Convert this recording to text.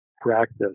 practice